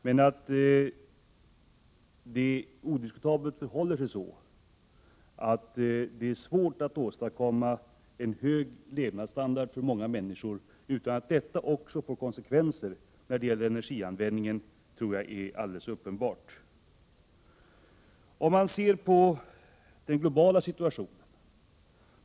Men det är odiskutabelt att det är svårt att åstadkomma en hög levnadsstandard för många människor utan att detta också får konsekvenser för energianvändningen. Låt oss ett tag se på den globala situationen.